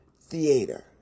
Theater